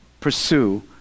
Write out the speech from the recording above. pursue